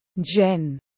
Jen